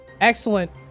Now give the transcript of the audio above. Excellent